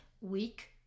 week